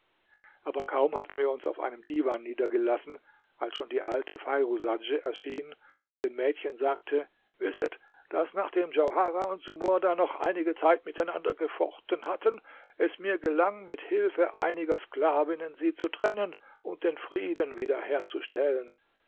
aber kaum hatten wir uns auf einem divan niedergelassen als schon die alte feirusadj erschien und den mädchen sagte wisset daß nachdem djauharah und sumurda noch einige zeit miteinander gefochten hatten es mir gelang mit hilfe einiger sklavinnen sie zu trennen und den frieden wieder herzustellen